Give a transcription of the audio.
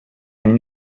and